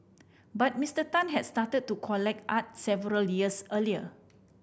but Mister Tan has started to collect art several years earlier